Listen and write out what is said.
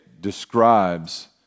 describes